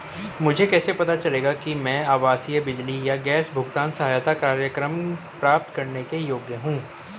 मुझे कैसे पता चलेगा कि मैं आवासीय बिजली या गैस भुगतान सहायता कार्यक्रम प्राप्त करने के योग्य हूँ?